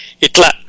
Itla